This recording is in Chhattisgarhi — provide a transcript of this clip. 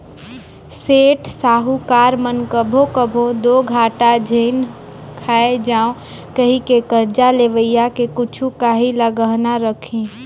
सेठ, साहूकार मन कभों कभों दो घाटा झेइन खाए जांव कहिके करजा लेवइया के कुछु काहीं ल गहना रखहीं